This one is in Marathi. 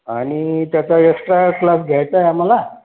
आणि त्याचा एक्सट्रा क्लास घ्यायचा आहे आम्हाला